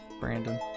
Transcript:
Brandon